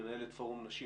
מנהלת פורום נשים